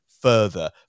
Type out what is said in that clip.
further